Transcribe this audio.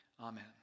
Amen